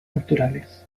culturales